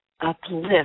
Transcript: uplift